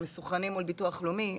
שמסונכרנים מול ביטוח לאומי,